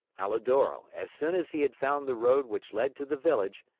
alidoro, as soon as he had found the road which led to the village,